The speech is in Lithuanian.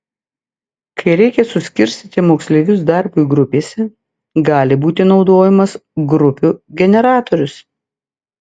kai reikia suskirstyti moksleivius darbui grupėse gali būti naudojamas grupių generatorius